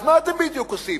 אז מה אתם בדיוק עושים?